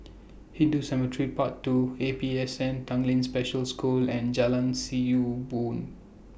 Hindu Cemetery Path two A P S N Tanglin Special School and Jalan See YOU Boon